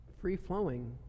free-flowing